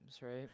right